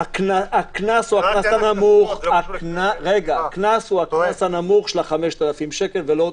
הקנס הוא הקנס הנמוך של 5,000 שקל.